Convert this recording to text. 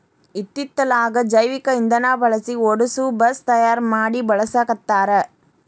ಇತ್ತಿತ್ತಲಾಗ ಜೈವಿಕ ಇಂದನಾ ಬಳಸಿ ಓಡಸು ಬಸ್ ತಯಾರ ಮಡಿ ಬಳಸಾಕತ್ತಾರ